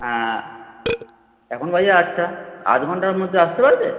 হ্যাঁ এখন বাজে আটটা আধঘণ্টার মধ্যে আসতে পারবে